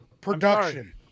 Production